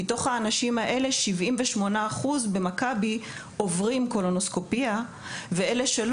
כשמתוך המדד הזה 78% מהאנשים במכבי עוברים קולונוסקופיה והיתר לא